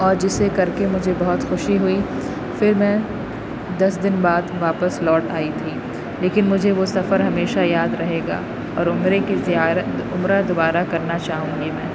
اور جسے کر کے مجھے بہت خوشی ہوئی پھر میں دس دن بعد واپس لوٹ آئی تھی لیکن مجھے وہ سفر ہمیشہ یاد رہے گا اور عمرے کی زیارت عمرہ دوبارہ کرنا چاہوں گی میں